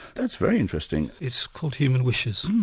that's very interesting. it's called human wishes.